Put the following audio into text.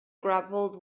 grappled